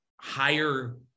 higher